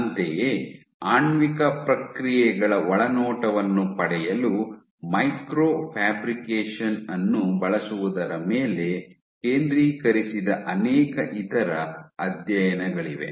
ಅಂತೆಯೇ ಆಣ್ವಿಕ ಪ್ರಕ್ರಿಯೆಗಳ ಒಳನೋಟವನ್ನು ಪಡೆಯಲು ಮೈಕ್ರೊ ಫ್ಯಾಬ್ರಿಕೇಶನ್ ಅನ್ನು ಬಳಸುವುದರ ಮೇಲೆ ಕೇಂದ್ರೀಕರಿಸಿದ ಅನೇಕ ಇತರ ಅಧ್ಯಯನಗಳಿವೆ